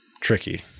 Tricky